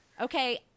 Okay